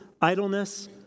idleness